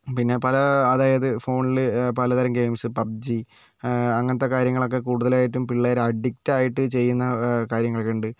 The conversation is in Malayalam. പിന്നെ പല അതായത് ഫോണിൽ പലതരം ഗെയിംസ് പബ്ജി അങ്ങനത്തെ കാര്യങ്ങളൊക്കെ കൂടുതലായിട്ടും പിള്ളേർ അഡിക്ടായിട്ട് ചെയ്യുന്ന കാര്യങ്ങളൊക്കെ ഉണ്ട്